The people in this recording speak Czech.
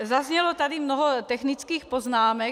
Zaznělo tady mnoho technických poznámek.